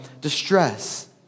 distress